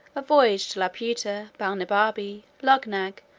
a voyage to laputa, balnibarbi, luggnagg,